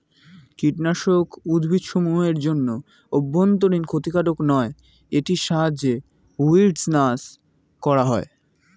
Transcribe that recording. কীটনাশক উদ্ভিদসমূহ এর জন্য অভ্যন্তরীন ক্ষতিকারক নয় এটির সাহায্যে উইড্স নাস করা হয়